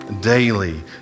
daily